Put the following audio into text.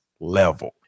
level